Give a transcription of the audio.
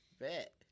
bet